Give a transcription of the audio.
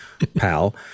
Pal